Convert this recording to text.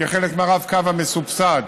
כחלק מהרב-קו המסובסד,